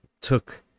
took